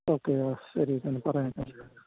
okay ആ ശരി ഇതൊന്ന് പറഞ്ഞേക്കാം